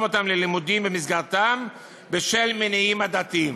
אותן ללימודים במסגרתם בשל מניעים עדתיים.